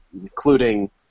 including